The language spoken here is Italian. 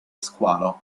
squalo